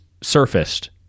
surfaced